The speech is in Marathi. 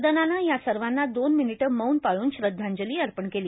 सदनानं या सर्वांना दोन मिनिटं मौन पाळून श्रदधांजली अर्पण केली